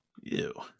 Ew